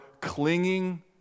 clinging